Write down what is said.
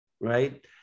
right